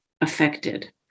affected